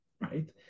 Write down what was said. right